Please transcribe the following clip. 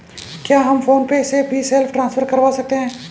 क्या हम फोन पे से भी सेल्फ ट्रांसफर करवा सकते हैं?